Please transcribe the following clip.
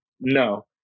No